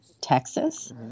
Texas